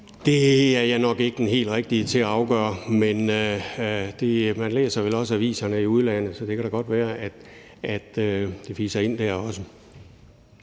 Det er jeg nok ikke den helt rigtige til at afgøre, men man læser vel også aviserne i udlandet, så det kan da godt være, at det fiser ind der også.